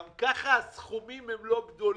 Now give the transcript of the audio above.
גם ככה הסכומים הם לא גדולים.